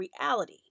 reality